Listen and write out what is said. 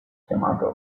chiamato